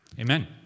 Amen